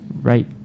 Right